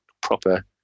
proper